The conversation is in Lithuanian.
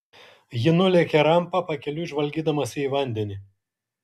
ji nulėkė rampa pakeliui žvalgydamasi į vandenį